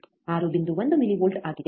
1 millivolt ಆಗಿದೆ